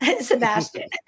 Sebastian